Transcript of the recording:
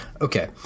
okay